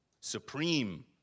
supreme